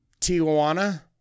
Tijuana